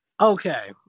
Okay